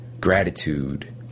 gratitude